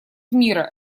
мира